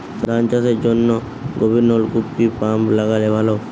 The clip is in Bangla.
ধান চাষের জন্য গভিরনলকুপ কি পাম্প লাগালে ভালো?